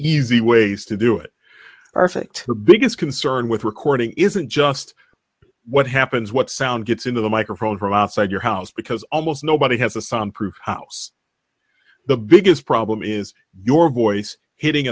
see ways to do it perfect her biggest concern with recording isn't just what happens what sound gets into the microphone from outside your house because almost nobody has a sound proof house the biggest problem is your voice hitting